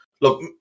look